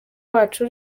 wacu